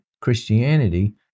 Christianity